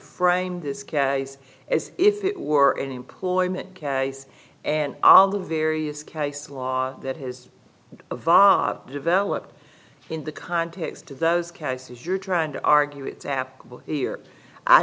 frame this case as if it were an employment case and all the various case law that has evolved developed in the context of those cases you're trying to argue it's